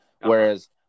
whereas